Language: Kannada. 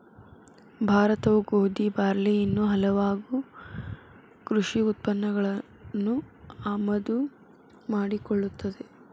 ಭಾರತವು ಗೋಧಿ, ಬಾರ್ಲಿ ಇನ್ನೂ ಹಲವಾಗು ಕೃಷಿ ಉತ್ಪನ್ನಗಳನ್ನು ಆಮದು ಮಾಡಿಕೊಳ್ಳುತ್ತದೆ